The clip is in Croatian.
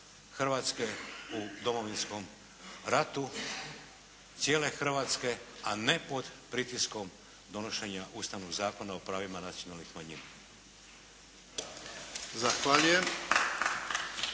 Hrvatske u Domovinskom ratu, cijele Hrvatske a ne pod pritiskom donošenja Ustavnog zakona o pravima nacionalnih manjina.